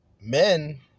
men